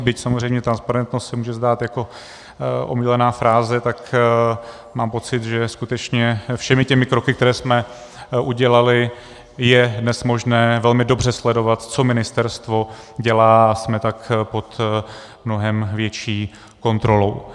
Byť samozřejmě transparentnost se může zdát jako omílaná fráze, tak mám pocit, že skutečně všemi těmi kroky, které jsme udělali, je dnes možné velmi dobře sledovat, co ministerstvo dělá, a jsme tak pod mnohem větší kontrolou.